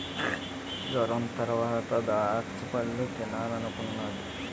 జొరంతరవాత దాచ్చపళ్ళు తినాలనున్నాది